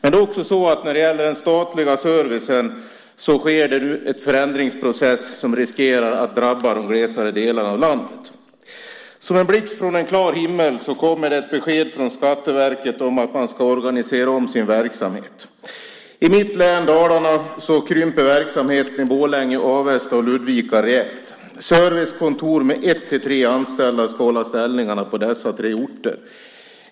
När det gäller den statliga servicen sker nu en förändringsprocess som riskerar att drabba de mer glesbefolkade delarna av landet. Som en blixt från en klar himmel kommer ett besked från Skatteverket om att man ska organisera om sin verksamhet. I mitt län, Dalarna, krymper verksamheten i Borlänge, Avesta och Ludvika rejält. Servicekontor med en till tre anställda ska hålla ställningarna på dessa tre orter.